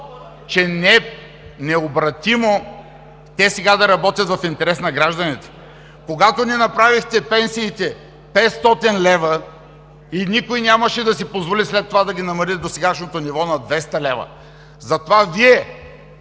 …че необратимо те сега да работят в интерес на гражданите! Когато не направихте пенсиите 500 лв. и никой нямаше да си позволи след това да ги намали до сегашното ниво на 200 лв.! Затова Вие